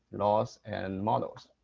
laws and models.